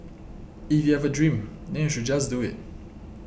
if you have a dream then you should just do it